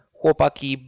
Chłopaki